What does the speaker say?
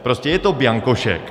Prostě je to bianko šek.